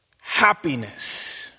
happiness